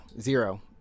zero